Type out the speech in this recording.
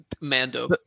Mando